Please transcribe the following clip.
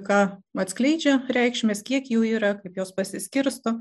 ką atskleidžia reikšmės kiek jų yra kaip jos pasiskirsto